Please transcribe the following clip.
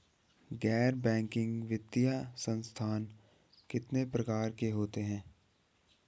गैर बैंकिंग वित्तीय संस्थान कितने प्रकार के होते हैं?